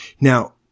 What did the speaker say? Now